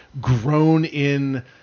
grown-in